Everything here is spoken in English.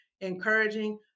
encouraging